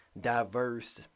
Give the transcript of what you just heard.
diverse